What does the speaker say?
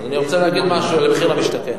אני רוצה להגיד משהו על מחיר למשתכן.